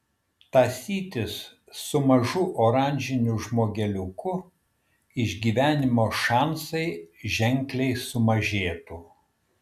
tąsytis su mažu oranžiniu žmogeliuku išgyvenimo šansai ženkliai sumažėtų